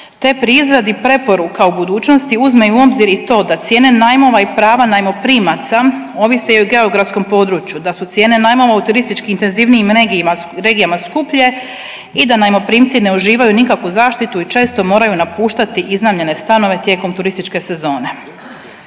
te pri izradi preporuka u budućnosti uzme u obzir i to da cijene najmova i prava najmoprimaca ovise i o geografskom području, da su cijene najmova u turistički intenzivnijim regijama skuplje i da najmoprimci ne uživaju nikakvu zaštitu i često moraju napuštati iznajmljene stanove tijekom turističke sezone.